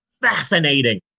fascinating